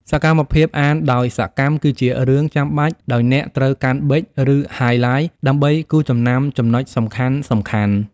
សកម្មភាពអានដោយសកម្ម គឺជារឿងចាំបាច់ដោយអ្នកត្រូវកាន់ប៊ិច ឬហាយឡាយ ដើម្បីគូសចំណាំចំណុចសំខាន់ៗ។